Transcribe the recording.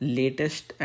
latest